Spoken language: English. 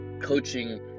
coaching